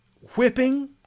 Whipping